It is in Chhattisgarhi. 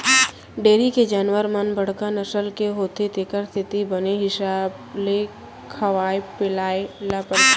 डेयरी के जानवर मन बड़का नसल के होथे तेकर सेती बने हिसाब ले खवाए पियाय ल परथे